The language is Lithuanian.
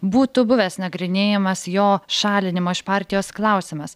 būtų buvęs nagrinėjamas jo šalinimo iš partijos klausimas